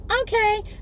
Okay